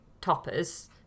toppers